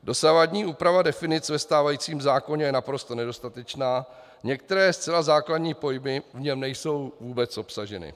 Dosavadní úprava definic ve stávajícím zákoně je naprosto nedostatečná, některé zcela základní pojmy v něm nejsou vůbec obsaženy.